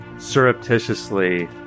Surreptitiously